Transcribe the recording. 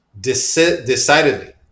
Decidedly